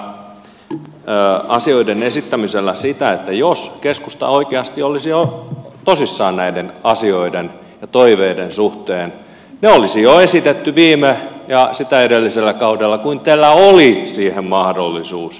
tarkoitin tällä asioiden esittämisellä sitä että jos keskusta oikeasti olisi tosissaan näiden asioiden ja toiveiden suhteen ne olisi jo esitetty viime ja sitä edellisellä kaudella kun teillä oli siihen mahdollisuus